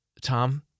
Tom